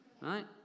right